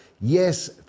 yes